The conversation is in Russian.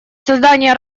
создание